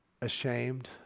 Ashamed